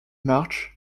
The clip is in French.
marsh